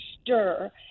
stir